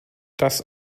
das